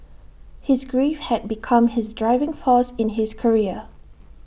his grief had become his driving force in his career